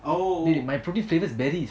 oh